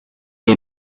est